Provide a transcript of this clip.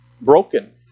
broken